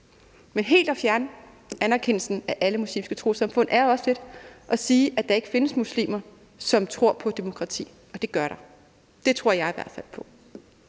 men helt at fjerne anerkendelsen af alle muslimske trossamfund er også lidt at sige, at der ikke findes muslimer, som tror på demokratiet, og det gør der. Det tror jeg i hvert fald på.